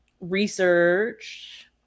research